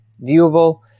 viewable